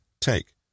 take